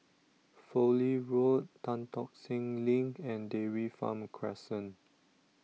Fowlie Road Tan Tock Seng LINK and Dairy Farm Crescent